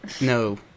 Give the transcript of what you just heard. no